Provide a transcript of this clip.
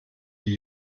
die